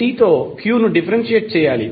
t తో q ను differentiate చేయాలి